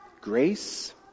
Grace